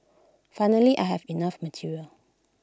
finally I have enough material